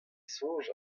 soñj